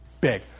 Big